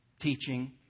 teaching